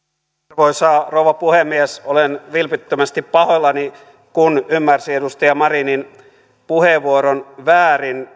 arvoisa rouva puhemies olen vilpittömästi pahoillani kun ymmärsin edustaja marinin puheenvuoron väärin